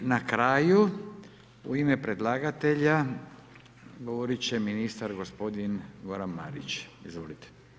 I na kraju u ime predlagatelja, govorit će ministar gospodin Goran Marić, izvolite.